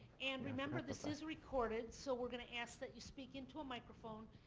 and remember this is recorded so we're going to ask that you speak into a microphone.